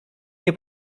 nie